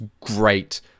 great